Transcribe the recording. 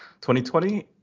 2020